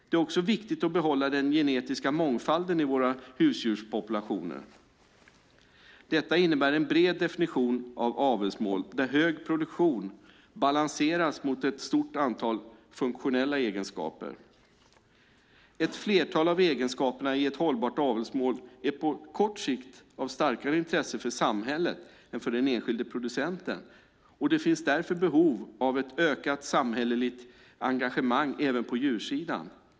Det är också viktigt att behålla den genetiska mångfalden i våra husdjurspopulationer. Detta innebär en bred definition av avelsmål där hög produktion balanseras mot ett stort antal funktionella egenskaper. Ett flertal av egenskaperna i ett hållbart avelsmål är på kort sikt av starkare intresse för samhället än för den enskilde producenten. Det finns därför behov av ett ökat samhälleligt engagemang även på djursidan.